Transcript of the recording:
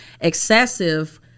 excessive